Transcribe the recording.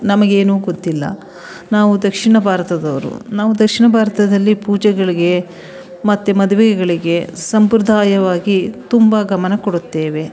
ನಮಗೇನು ಗೊತ್ತಿಲ್ಲ ನಾವು ದಕ್ಷಿಣ ಭಾರತದವ್ರು ನಾವು ದಕ್ಷಿಣ ಭಾರತದಲ್ಲಿ ಪೂಜೆಗಳಿಗೆ ಮತ್ತೆ ಮದುವೆಗಳಿಗೆ ಸಂಪ್ರದಾಯವಾಗಿ ತುಂಬ ಗಮನ ಕೊಡುತ್ತೇವೆ